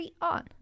on